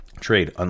trade